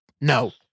no